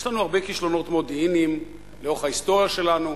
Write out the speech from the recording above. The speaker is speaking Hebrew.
יש לנו הרבה כישלונות מודיעיניים לאורך ההיסטוריה שלנו,